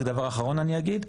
רק דבר אחרון אני אגיד,